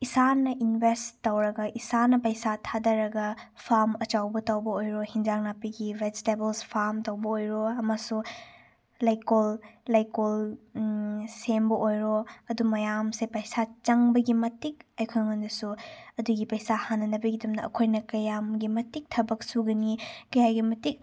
ꯏꯁꯥꯅ ꯏꯟꯚꯦꯁ ꯇꯧꯔꯒ ꯏꯁꯥꯅ ꯄꯩꯁꯥ ꯊꯥꯊꯔꯒ ꯐꯥꯝ ꯑꯆꯧꯕ ꯑꯃ ꯇꯧꯕ ꯑꯣꯏꯔꯣ ꯏꯟꯖꯥꯡ ꯅꯥꯄꯤꯒꯤ ꯚꯦꯖꯤꯇꯦꯕꯜꯁ ꯐꯥꯝ ꯇꯧꯕ ꯑꯣꯏꯔꯣ ꯑꯃꯁꯨ ꯂꯩꯀꯣꯜ ꯂꯩꯀꯣꯜ ꯁꯦꯝꯕ ꯑꯣꯏꯔꯣ ꯑꯗꯨ ꯃꯌꯥꯝꯁꯦ ꯄꯩꯁꯥ ꯆꯪꯕꯒꯤ ꯃꯇꯤꯛ ꯑꯩꯈꯣꯏꯉꯣꯟꯗꯁꯨ ꯑꯗꯨꯒꯤ ꯄꯩꯁꯥ ꯍꯟꯅꯅꯕꯒꯤꯗꯃꯛꯇ ꯑꯩꯈꯣꯏꯅ ꯀꯌꯥꯝꯒꯤ ꯃꯇꯤꯛ ꯊꯕꯛ ꯁꯨꯒꯅꯤ ꯀꯌꯥꯒꯤ ꯃꯇꯤꯛ